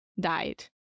died